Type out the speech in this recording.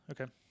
Okay